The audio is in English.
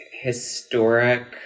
historic